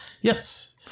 Yes